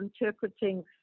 interpreting